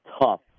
tough